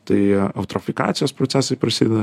tai eutrofikacijos procesai prasideda